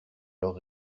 leurs